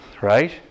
Right